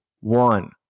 one